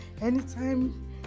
Anytime